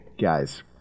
Guys